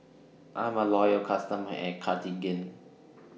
I'm A Loyal customer of Cartigain